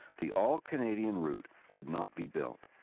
the all-canadian route would not be built.